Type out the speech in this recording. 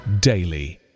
daily